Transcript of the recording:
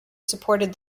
supported